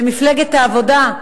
ומפלגת העבודה,